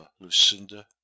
lucinda